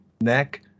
neck